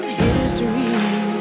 history